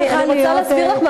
אני רוצה להסביר לך,